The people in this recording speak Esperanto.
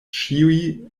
ĉiuj